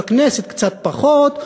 בכנסת קצת פחות,